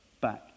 back